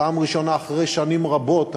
בפעם הראשונה אחרי שנים רבות,